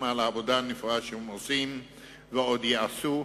החשמל על העבודה הנפלאה שהם עושים ועוד יעשו,